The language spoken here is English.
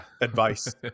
advice